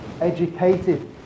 educated